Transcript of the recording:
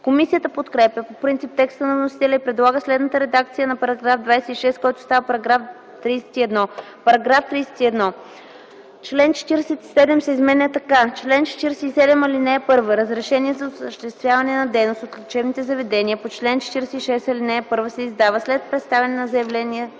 Комисията подкрепя по принцип текста на вносителя и предлага следната редакция за § 26, който става § 31: „§ 31. Член 47 се изменя така: „Чл. 47. (1) Разрешение за осъществяване на дейност от лечебните заведения по чл. 46, ал. 1 се издава след представяне на заявление